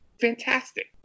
fantastic